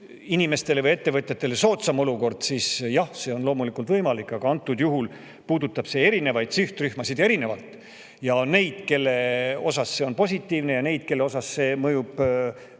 inimestele või ettevõtjatele soodsam olukord, siis jah, see on loomulikult võimalik, aga antud juhul puudutab see erinevaid sihtrühmasid erinevalt. On neid, kellele see on positiivne, ja neid, kellele see mõjub rahalises